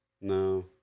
No